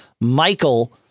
Michael